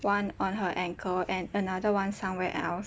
one on her ankle and another one somewhere else